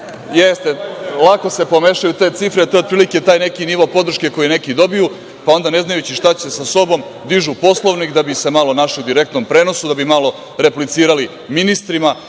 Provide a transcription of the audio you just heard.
Jeste, lako se pomešaju te cifre, jer, to je otprilike taj neki nivo podrške koji neki dobiju pa onda, ne znajući šta će sa sobom, dižu Poslovnik, da bi se malo našli u direktnom prenosu, da bi malo replicirali ministrima